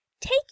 take